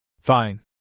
Fine